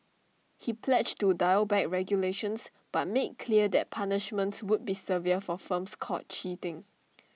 he pledged to dial back regulations but made clear that punishments would be severe for firms caught cheating